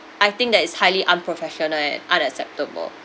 I think that is highly unprofessional and unacceptable